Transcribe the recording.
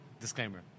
Disclaimer